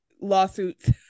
lawsuits